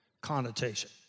connotation